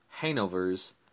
hangovers